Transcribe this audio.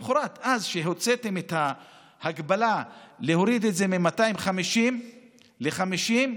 אז, כשהוצאתם את ההגבלה להוריד את זה מ-250 ל-50,